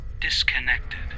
disconnected